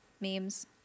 memes